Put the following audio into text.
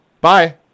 Bye